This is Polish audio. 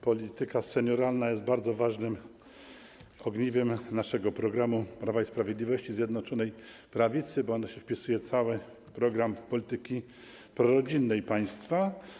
Polityka senioralna jest bardzo ważnym ogniwem programu Prawa i Sprawiedliwości i Zjednoczonej Prawicy, bo wpisuje się w cały program polityki prorodzinnej państwa.